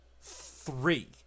three